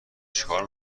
چیکار